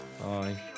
bye